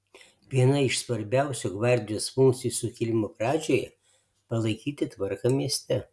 viena iš svarbiausių gvardijos funkcijų sukilimo pradžioje palaikyti tvarką mieste